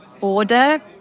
order